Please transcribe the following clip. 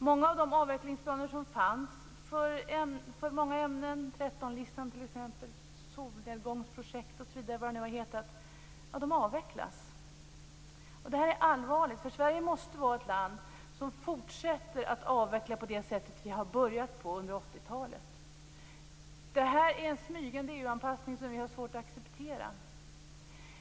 Många av de avvecklingsplaner som fanns för många ämnen, t.ex. 13-listan, Solnedgångsprojekt och vad de nu har hetat, har avvecklats. Det här är allvarligt, för Sverige måste vara ett land som fortsätter att avveckla på det sätt som vi har börjat på under 80-talet. Det här är en smygande EU-anpassning som vi har svårt att acceptera.